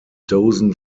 dozen